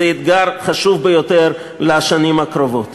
זה אתגר חשוב ביותר לשנים הקרובות.